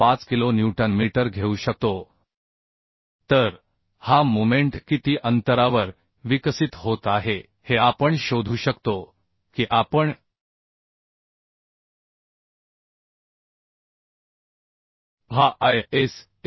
5 kilo newton metre घेऊ शकतो तर हा मोमेंट किती अंतरावर विकसित होत आहे हे आपण शोधू शकतो की आपण हा ISHB